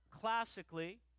classically